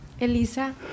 Elisa